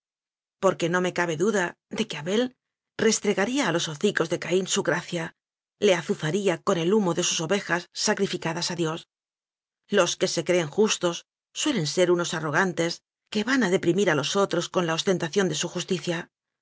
ella porque no me cabe duda de que abel restregaría a los ho cicos de caín su gracia le azuzaría con el humo de sus ovejas sacrificadas a dios los que se creen justos suelen ser unos arrogan tes que van a deprimir a los otros con la os tentación de su justicia